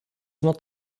not